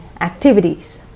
activities